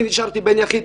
אני נשארתי בן יחיד.